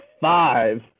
five